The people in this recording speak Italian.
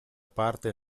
parte